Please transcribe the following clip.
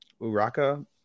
Uraka